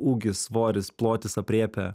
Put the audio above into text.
ūgis svoris plotis aprėpia